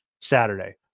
Saturday